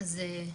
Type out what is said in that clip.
אז,